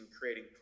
creating